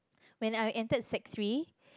when I entered sec-three